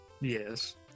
yes